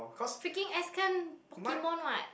freaking Pokemon [what]